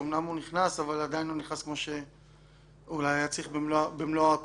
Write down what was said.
שאמנם הוא נכנס אבל עדין לא נכנס במלוא הכוח,